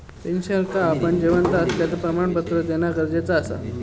पेंशनरका आपण जिवंत असल्याचा प्रमाणपत्र देना गरजेचा असता